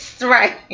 right